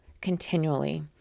continually